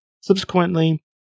Subsequently